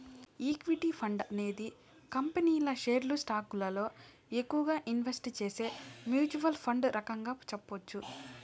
equity fund అనేది కంపెనీల షేర్లు స్టాకులలో ఎక్కువగా ఇన్వెస్ట్ చేసే మ్యూచ్వల్ ఫండ్ రకంగా చెప్పొచ్చు